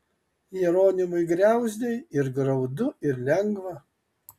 jeronimui griauzdei ir graudu ir lengva